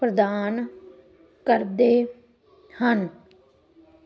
ਪ੍ਰਦਾਨ ਕਰਦੇ ਹਨ